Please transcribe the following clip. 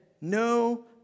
no